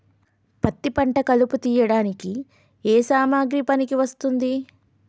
పత్తి పంట కలుపు తీయడానికి ఏ సామాగ్రి పనికి వస్తుంది?